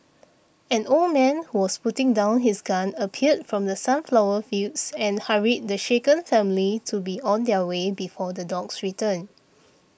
an old man who was putting down his gun appeared from the sunflower fields and hurried the shaken family to be on their way before the dogs return